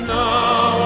now